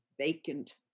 vacant